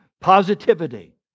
positivity